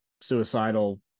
suicidal